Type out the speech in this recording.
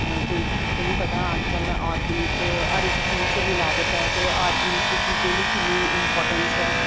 क्योंकि तुहें गी पता अज्जकल आर्गनिक हर इक चीज च मिलावट ऐ ते आर्गनिक चीजें दी किन्नी इंपार्टेंस ऐ